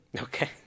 Okay